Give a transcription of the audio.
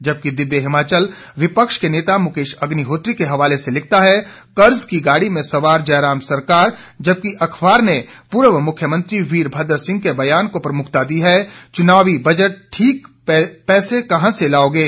जबकि दिव्य हिमाचल विपक्ष के नेता मुकेश अग्निहोत्री के हवाले से लिखता है कर्ज की गाड़ी में सवार जयराम सरकार जबकि अखबार ने पूर्व मुख्यमंत्री वीरभद्र सिंह के ब्यान को प्रमुखता दी है चुनावी बजट ठीक पैसे कहां से लाओगे